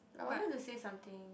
I wanted to say something